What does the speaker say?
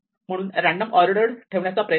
म्हणून random order ठेवण्याचा प्रयत्न आहे